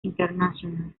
international